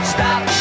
Stop